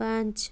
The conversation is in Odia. ପାଞ୍ଚ